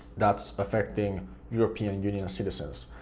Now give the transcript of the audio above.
that's affecting european union citizens,